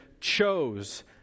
chose